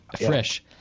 fresh